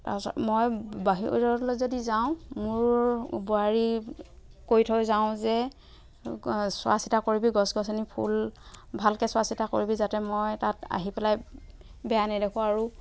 তাৰ পাছত মই বাহিৰলৈ যদি যাওঁ মোৰ বোৱাৰীক কৈ থৈ যাওঁ যে চোৱা চিতা কৰিবি গছ গছনি ফুল ভালকৈ চোৱা চিতা কৰিবি যাতে মই তাত আহি পেলাই বেয়া নেদেখো আৰু